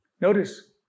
notice